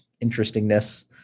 interestingness